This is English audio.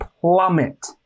plummet